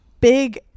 big